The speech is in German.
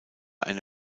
eine